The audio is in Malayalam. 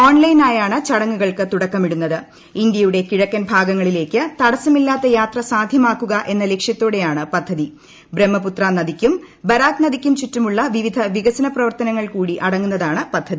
ഓൺലൈനായാണ് ചടങ്ങുകൾക്ക് തുടക്കമിടുന്നത്പു ഇന്തൃയുടെ കിഴക്കൻ ഭാഗങ്ങളിലേയ്ക്ക് തടസ്സമില്ലാത്ത് യാത്ര സാധ്യമാക്കുക എന്ന ലക്ഷ്യത്തോടെയാണ് പദ്ധത്തി ബ്രഹ്മപുത്ര നദിക്കും ബരാക് നദിക്കും ചുറ്റുമുള്ള ശ്യിപ്പിധ വികസന പ്രവർത്തനങ്ങൾ കൂടി അടങ്ങുന്നതാണ് പദ്ധതി